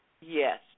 Yes